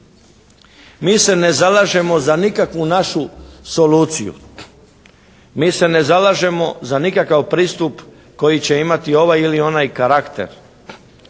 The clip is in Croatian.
Mi se ne zalažemo za nikakvu našu soluciju. Mi se ne zalažemo za nikakav pristup koji će imati ovaj ili onaj karakter.